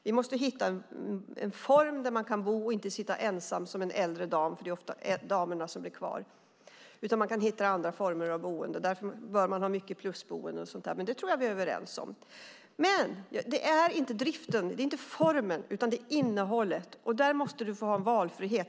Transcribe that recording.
Vi måste hitta en form där man kan bo och inte sitta ensam som äldre dam - för det är ofta damerna som blir kvar. Vi kan hitta andra former av boenden, och därför bör vi ha mycket plusboenden och sådant. Det tror jag dock att vi är överens om. Det är inte driften eller formen utan innehållet. Där måste du ha en valfrihet.